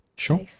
Sure